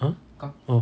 !huh! oh